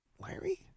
Larry